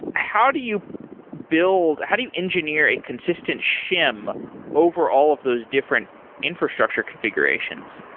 how do you build, how do you engineer a consistent shim over all of those different infrastructure configurations?